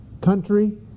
country